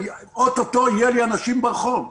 או-טו-טו יהיו לי אנשים ברחוב.